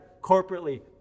corporately